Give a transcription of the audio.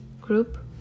group